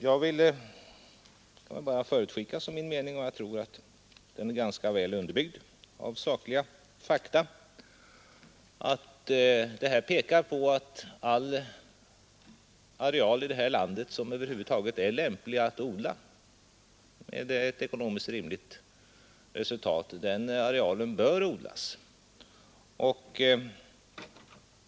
Jag vill bara förutskicka — det är min mening, och jag tror att den är ganska väl underbyggd av fakta — att resultatet av en sådan prövning kommer att peka på att all areal i vårt land som över huvud taget är lämplig att odla med ett ekonomiskt rimligt resultat också bör odlas.